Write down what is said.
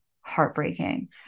heartbreaking